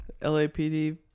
LAPD